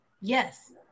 Yes